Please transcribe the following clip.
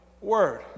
word